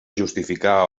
justificar